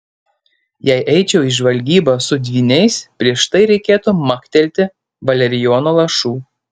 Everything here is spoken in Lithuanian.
jei eičiau į žvalgybą su dvyniais prieš tai reikėtų maktelti valerijono lašų